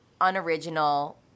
unoriginal